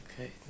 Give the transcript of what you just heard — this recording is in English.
Okay